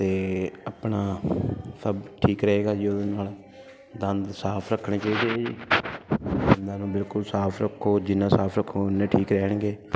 ਅਤੇ ਆਪਣਾ ਸਭ ਠੀਕ ਰਹੇਗਾ ਜੀ ਉਹਦੇ ਨਾਲ਼ ਦੰਦ ਸਾਫ਼ ਰੱਖਣੇ ਚਾਈਦੇ ਹੈ ਜੀ ਦੰਦਾਂ ਨੂੰ ਬਿਲਕੁਲ ਸਾਫ਼ ਰੱਖੋ ਜਿੰਨਾ ਸਾਫ਼ ਰੱਖੋਗੇ ਓਨੇ ਠੀਕ ਰਹਿਣਗੇ